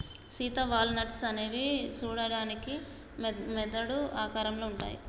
Sita walnuts అనేవి సూడడానికి మెదడు ఆకారంలో ఉంటాయి